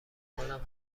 کنم